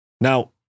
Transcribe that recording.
Now